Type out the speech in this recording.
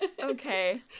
Okay